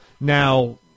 Now